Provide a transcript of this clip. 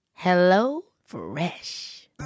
HelloFresh